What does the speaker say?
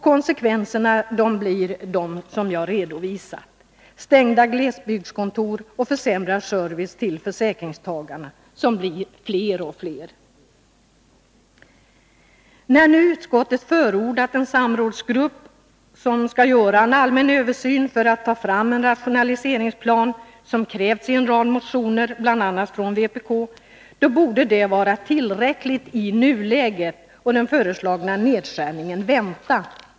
Konsekvenserna blir de jag har redovisat: stängda glesbygdskontor och försämrad service till försäkringstagarna, som blir fler och fler. När nu utskottet förordat att en samrådsgrupp gör en allmän översyn för att ta fram en rationaliseringsplan — som krävs i en rad motioner, bl.a. från vpk — borde det vara tillräckligt i nuläget. Den föreslagna nedskärningen borde man vidare vänta med.